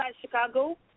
Chicago